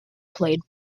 played